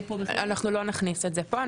אנחנו לא נכניס את זה פה.